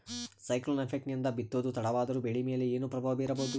Cyclone effect ನಿಂದ ಬಿತ್ತೋದು ತಡವಾದರೂ ಬೆಳಿ ಮೇಲೆ ಏನು ಪ್ರಭಾವ ಬೀರಬಹುದು?